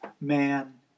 man